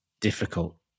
difficult